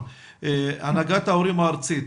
הנהגת ההורים הארצית,